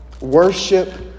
Worship